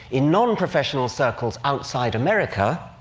in non-professional circles outside america,